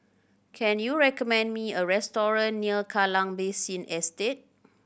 can you recommend me a restaurant near Kallang Basin Estate